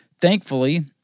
thankfully